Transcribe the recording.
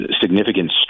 significant